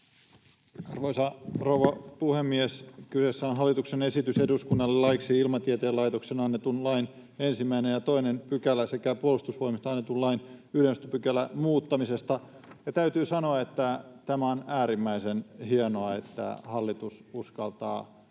Arvoisa rouva puhemies! Kyseessä on hallituksen esitys eduskunnalle laeiksi Ilmatieteen laitoksesta annetun lain 1 ja 2 §:n sekä puolustusvoimista annetun lain 11 §:n muuttamisesta. Täytyy sanoa, että on äärimmäisen hienoa, että hallitus uskaltaa ja